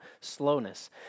slowness